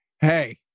hey